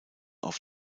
auf